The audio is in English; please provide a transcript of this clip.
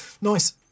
Nice